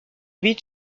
vite